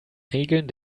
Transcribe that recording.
regeln